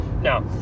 Now